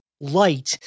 light